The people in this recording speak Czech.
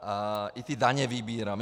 A i ty daně vybírám.